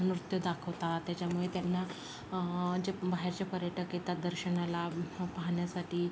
नृत्य दाखवतात त्याच्यामुळे त्यांना जे पण बाहेरचे पर्यटक येतात दर्शनाला उत्सव पाहण्यासाठी